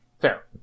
Fair